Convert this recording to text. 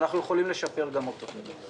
אנחנו יכולים לשפר גם אותו.